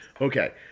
okay